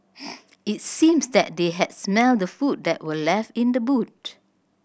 it seemed that they had smelt the food that were left in the boot